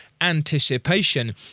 anticipation